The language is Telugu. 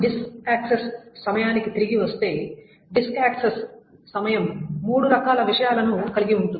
డిస్క్ యాక్సెస్ సమయానికి తిరిగి వస్తే డిస్క్ యాక్సెస్ సమయం మూడు రకాల విషయాలను కలిగి ఉంటుంది